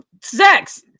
Sex